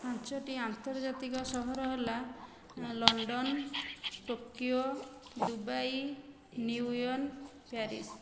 ପାଞ୍ଚଟି ଆର୍ନ୍ତଜାତିକ ସହର ହେଲା ଲଣ୍ଡନ ଟୋକିଓ ଦୁବାଇ ନିଉୟନ ପ୍ୟାରିସ